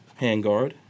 Handguard